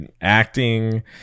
acting